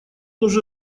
уже